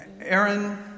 Aaron